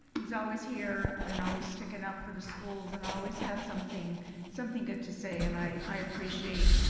he's always here and always sticking up for the schools and always has something something good to say and i appreciate,